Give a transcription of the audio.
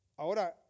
Ahora